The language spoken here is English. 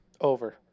Over